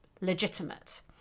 legitimate